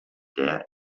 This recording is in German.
der